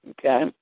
okay